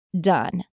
done